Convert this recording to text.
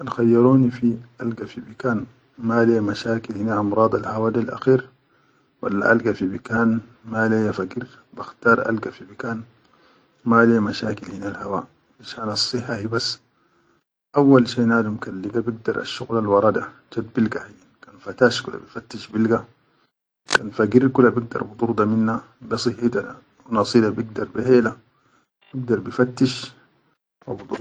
Kan khayyaroni fi alga fi bikan ma leha mashakil hine amradal hawa da akher walla alga fi bikan ma leya fagir bakhtar alga le yi fi bikan ma le ya mashakil hinel hawa finshan assiha hibas auwal shai ka nadum liga bikdar asshuqulal wara da chat bilga hayyin kan fattash kula bifattish bilga kan fagir kula bigdar bidor da minna ba sihita wa nasi da bigdar be hela bigdar bi fattish haw.